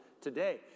today